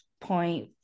Point